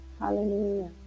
hallelujah